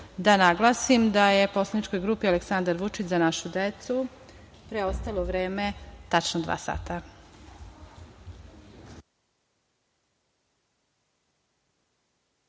naglasim da je poslaničkoj grupa Aleksandar Vučić – Za našu decu preostalo vreme tačno dva